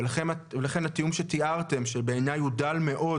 ולכן התיאום שתיארתם שבעיניי הוא דל מאוד